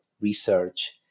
research